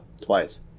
twice